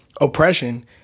oppression